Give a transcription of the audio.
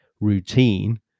routine